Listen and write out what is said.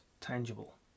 tangible